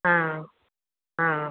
ஆ ஆ